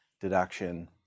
deduction